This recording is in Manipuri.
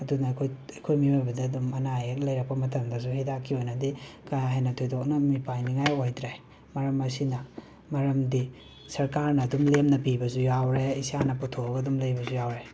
ꯑꯗꯨꯅ ꯈꯨꯠ ꯑꯈꯣꯏ ꯃꯤꯌꯣꯏꯕꯗ ꯑꯗꯨꯝ ꯑꯅꯥ ꯑꯌꯦꯛ ꯂꯩꯔꯛꯄ ꯃꯇꯃꯗꯁꯨ ꯍꯤꯗꯥꯛꯀꯤ ꯑꯣꯏꯅꯗꯤ ꯀꯥ ꯍꯦꯟꯅ ꯊꯣꯏꯗꯣꯛꯅ ꯃꯤꯄꯥꯏꯅꯤꯡꯉꯥꯏ ꯑꯣꯏꯗ꯭ꯔꯦ ꯃꯔꯝ ꯑꯁꯤꯅ ꯃꯔꯝꯗꯤ ꯁꯔꯀꯥꯔꯅ ꯑꯗꯨꯝ ꯂꯦꯝꯅ ꯄꯤꯕꯁꯨ ꯌꯥꯎꯔꯦ ꯏꯁꯥꯅ ꯄꯨꯊꯣꯑꯒ ꯑꯗꯨꯝ ꯂꯩꯕꯖꯨ ꯌꯥꯎꯔꯦ